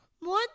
More